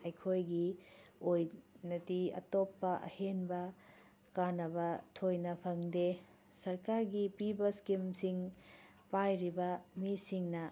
ꯑꯩꯈꯣꯏꯒꯤ ꯑꯣꯏꯅꯗꯤ ꯑꯇꯣꯞꯄ ꯑꯍꯦꯟꯕ ꯀꯥꯟꯅꯕ ꯊꯣꯏꯅ ꯐꯪꯗꯦ ꯁꯔꯀꯥꯔꯒꯤ ꯄꯤꯕ ꯏꯁꯀꯤꯝꯁꯤꯡ ꯄꯥꯏꯔꯤꯕ ꯃꯤꯁꯤꯡꯅ